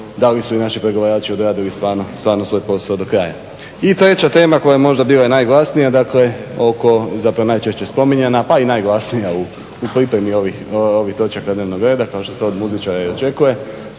da li su i naši pregovarači odradili stvarno svoj posao do kraja. I treća tema koja je možda bila i najglasnija dakle oko zapravo najčešće spominjana pa i najglasnija u pripremi ovih točaka dnevnog reda kao što se to i od muzičara očekuje